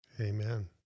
Amen